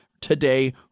today